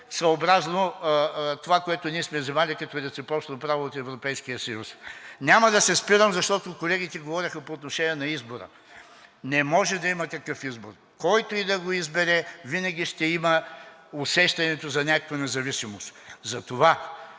съобразно това, което ние сме взели като реципрочно право от Европейския съюз. Няма да се спирам, защото колегите, говореха по отношение на избора. Не може да има такъв избор. Който и да го избере, винаги ще има усещането за някаква независимост. Затова